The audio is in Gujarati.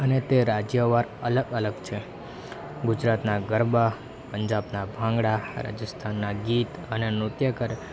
અને તે રાજ્ય વાર અલગ અલગ છે ગુજરાતનાં ગરબા પંજાબના ભાંગડા રાજસ્થાનના ગીત અને નૃત્ય કર